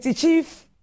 chief